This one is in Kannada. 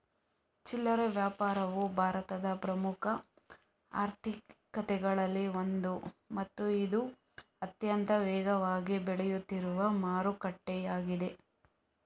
ಚಿಲ್ಲರೆ ವ್ಯಾಪಾರವು ಭಾರತದ ಪ್ರಮುಖ ಆರ್ಥಿಕತೆಗಳಲ್ಲಿ ಒಂದು ಮತ್ತು ಇದು ಅತ್ಯಂತ ವೇಗವಾಗಿ ಬೆಳೆಯುತ್ತಿರುವ ಮಾರುಕಟ್ಟೆಯಾಗಿದೆ